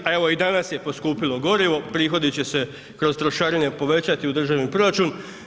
A evo i danas je poskupilo gorivo, prihodi će se kroz trošarine povećati u državni proračun.